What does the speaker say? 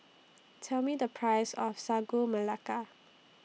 Tell Me The Price of Sagu Melaka